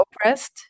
oppressed